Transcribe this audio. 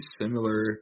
similar